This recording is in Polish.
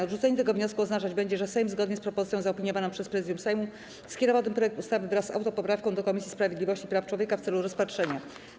Odrzucenie tego wniosku oznaczać będzie, że Sejm, zgodnie z propozycją zaopiniowaną przez Prezydium Sejmu, skierował ten projekt ustawy wraz z autopoprawką do Komisji Sprawiedliwości i Praw Człowieka w celu rozpatrzenia.